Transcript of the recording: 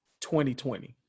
2020